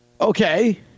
Okay